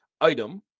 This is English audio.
item